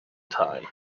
time